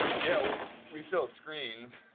yeah we sell screens.